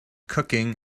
cooking